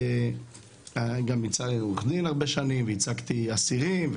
גם עורך דין הרבה שנים וייצגתי אסירים,